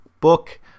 book